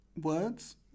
Words